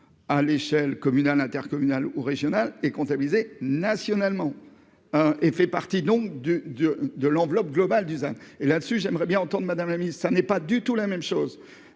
à l'échelle communale, intercommunale ou régionale, est comptabilisé nationalement et fait donc partie de l'enveloppe globale du ZAN. À cet égard, j'aimerais entendre Mme la ministre, car ce n'est pas du tout la même chose